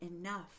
enough